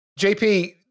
JP